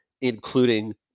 including